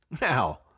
Now